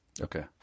Okay